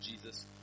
Jesus